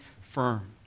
firm